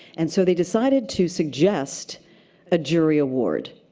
and so they decided to suggest a jury award.